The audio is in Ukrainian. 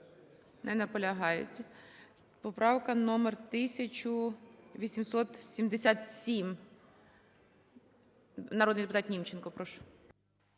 Не наполягають. Поправка номер 1877. Народний депутат Німченко. Прошу.